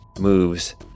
moves